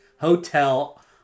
hotel